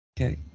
Okay